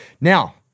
Now